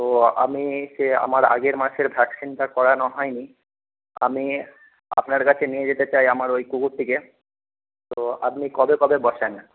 তো আমি সে আমার আগের মাসের ভ্যাকসিনটা করানো হয়নি আমি আপনার কাছে নিয়ে যেতে চাই আমার ওই কুকুরটিকে তো আপনি কবে কবে বসেন